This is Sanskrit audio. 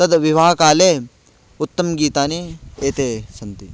तत् विवाहकाले उत्तमगीतानि एते सन्ति